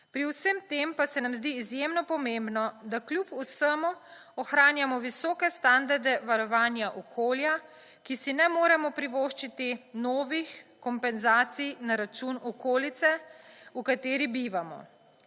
Pri vsem tem pa se nam zdi izjemno pomembno, da kljub vsemu ohranjamo visoke standarde varovanja okolja, ki si ne moremo privoščiti novih kompenzacij na račun okolice v kateri bivamo.